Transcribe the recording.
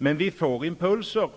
Då och då kommer det impulser